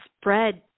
spread